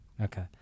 Okay